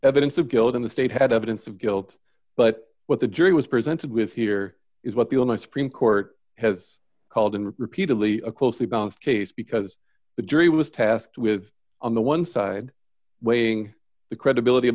evidence of guilt in the state had evidence of guilt but what the jury was presented with here is what people know supreme court has called and repeatedly a closely balanced case because the jury was tasked with on the one side weighing the credibility of